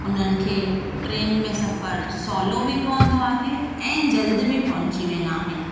उन्हनि खे ट्रेन में सफ़रु सवलो बि पवंदो आहे ऐं जल्द बि पहुची वेंदा आहिनि